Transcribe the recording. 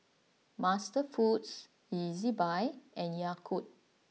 MasterFoods Ezbuy and Yakult